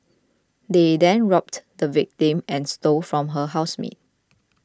they then robbed the victim and stole from her housemate